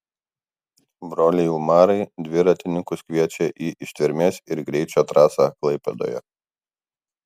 broliai umarai dviratininkus kviečia į ištvermės ir greičio trasą klaipėdoje